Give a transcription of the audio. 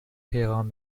پیغام